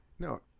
No